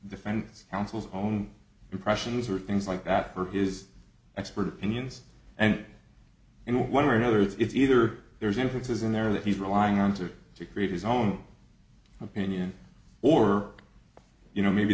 defense counsel's own impressions or things like that for his expert opinions and in one way or another it's either there's no fixes in there that he's relying on to create his own opinion or you know maybe